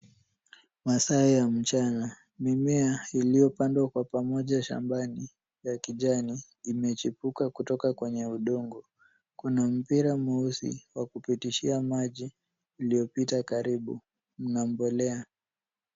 Masaa ya mchana, mimea iliyopandwa kwa pamoja shambani ya kijani, imechipuka kutoka kwenye udongo. Kuna mpira mweusi wa kupitishia maji uliopita karibu na mbolea.